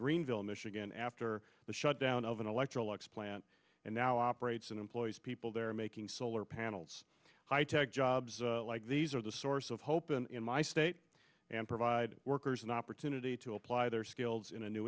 greenville michigan after the shutdown of an electrolux plant and now operates and employs people there making solar panels high tech jobs like these are the source of hope in my state and provide workers an opportunity to apply their skills in a new